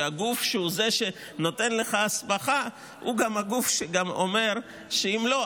שהגוף שהוא זה שנותן לך הסמכה הוא גם הגוף שגם אומר שאם לא,